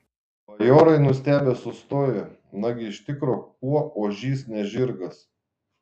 bajorai nustebę sustojo nagi iš tikro kuo ožys ne žirgas